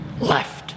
left